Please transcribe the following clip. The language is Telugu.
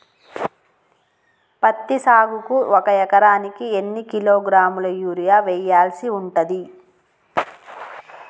పత్తి సాగుకు ఒక ఎకరానికి ఎన్ని కిలోగ్రాముల యూరియా వెయ్యాల్సి ఉంటది?